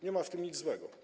Nie ma w tym nic złego.